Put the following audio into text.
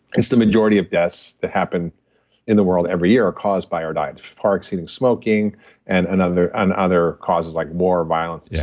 it's the majority of deaths that happen in the world every year are caused by our diet. it's far exceeding smoking and and other and other causes like more violence. yeah